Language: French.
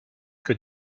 que